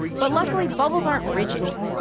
but luckily bubbles aren't rigid.